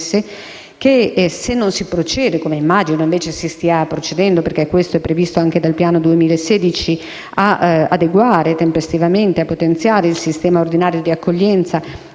se non si procede, come immagino invece si stia facendo perché è previsto dal Piano per il 2016, ad adeguare tempestivamente e a potenziare il sistema ordinario di accoglienza,